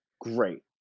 great